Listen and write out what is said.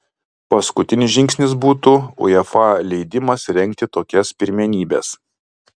paskutinis žingsnis būtų uefa leidimas rengti tokias pirmenybes